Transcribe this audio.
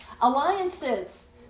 alliances